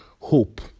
hope